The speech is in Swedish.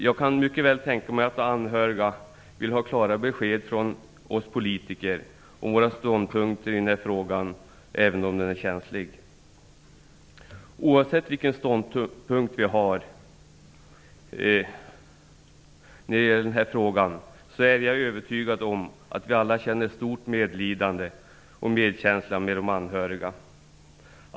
Jag kan mycket väl tänka mig att de anhöriga vill ha klara besked från oss politiker om våra ståndpunkter i denna fråga, även om den är känslig. Oavsett vilken ståndpunkt vi har när det gäller denna fråga är jag övertygad om att vi alla känner stort medlidande och medkänsla med de anhöriga.